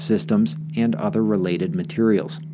systems, and other related materials.